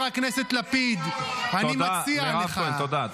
מדינת ישראל היא לא מדינה נוטשת.